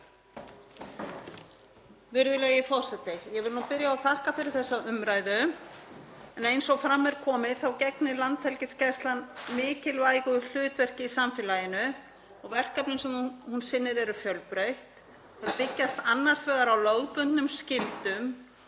Virðulegi forseti. Ég vil byrja á að þakka fyrir þessa umræðu. Eins og fram er komið þá gegnir Landhelgisgæslan mikilvægu hlutverki í samfélaginu og verkefnin sem hún sinnir eru fjölbreytt, þau byggjast annars vegar á lögbundnum skyldum